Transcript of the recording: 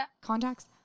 contacts